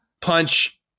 punch